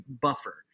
buffer